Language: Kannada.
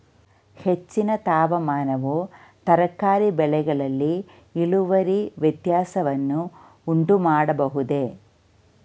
ಹೆಚ್ಚಿನ ತಾಪಮಾನವು ತರಕಾರಿ ಬೆಳೆಗಳಲ್ಲಿ ಇಳುವರಿ ವ್ಯತ್ಯಾಸವನ್ನು ಉಂಟುಮಾಡಬಹುದೇ?